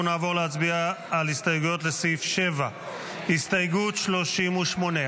אנחנו נעבור להצביע על הסתייגויות לסעיף 7. הסתייגות 38,